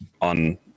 on